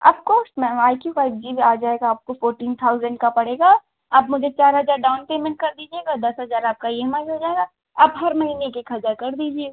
of course ma'am I Q का एक G B आ जाएगा आपको फ़ोर्टीन थाउज़ेन्ड का पड़ेगा आप मुझे चार हजार डाउन पेमेंट कर दीजिएगा दस हजार आपका ई एम आई हो जाएगा आप हर महीने एक एक हजार कर दीजिएगा